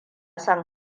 son